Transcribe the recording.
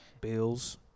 Bills